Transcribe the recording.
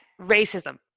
racism